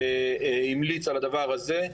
המליץ על הדבר הזה.